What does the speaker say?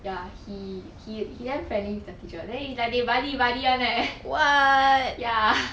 ya he he he damn friendly with the teacher then it's like they buddy buddy [one] leh ya